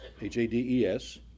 H-A-D-E-S